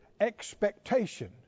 expectation